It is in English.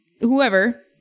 whoever